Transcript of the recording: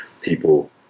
people